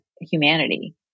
humanity